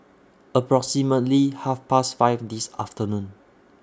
approximately Half Past five This afternoon